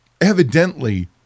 Evidently